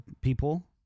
people